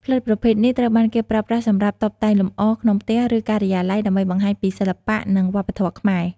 ផ្លិតប្រភេទនេះត្រូវបានគេប្រើប្រាស់សម្រាប់ តុបតែងលម្អ ក្នុងផ្ទះ ឬការិយាល័យ ដើម្បីបង្ហាញពីសិល្បៈនិងវប្បធម៌ខ្មែរ។